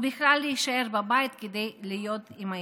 או בכלל להישאר בבית כדי להיות עם הילדים.